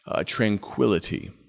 tranquility